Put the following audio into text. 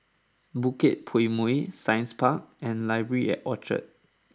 Bukit Purmei Science Park and Library at Orchard